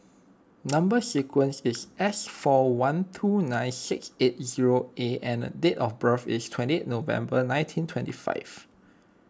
Number Sequence is S four one two nine six eight zero A and date of birth is twenty November nineteen twenty five